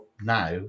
now